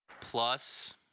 plus